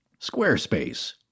Squarespace